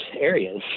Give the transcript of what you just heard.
areas